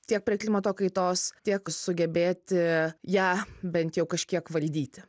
tiek prie klimato kaitos tiek sugebėti ją bent jau kažkiek valdyti